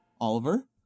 Oliver